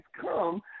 come